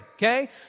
Okay